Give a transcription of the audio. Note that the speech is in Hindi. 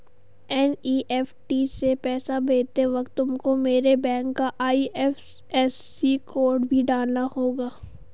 एन.ई.एफ.टी से पैसा भेजते वक्त तुमको मेरे बैंक का आई.एफ.एस.सी कोड भी डालना होगा